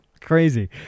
crazy